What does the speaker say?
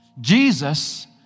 Jesus